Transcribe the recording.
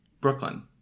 Brooklyn